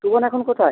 শোভন এখন কোথায়